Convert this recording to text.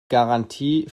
garantie